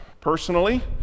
Personally